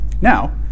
Now